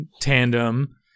tandem